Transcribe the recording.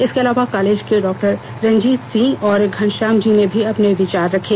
इसके अलावा कालेज के डा रंजित सिह और घनश्याम जी ने भी अपने विचार रखे